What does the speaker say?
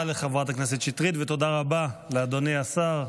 תודה לחברת הכנסת שטרית ותודה רבה לאדוני השר.